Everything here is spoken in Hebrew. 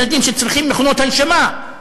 ילדים שצריכים מכונות הנשמה.